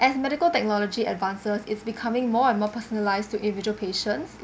and medical technology advances is becoming more and more personalised to individual patients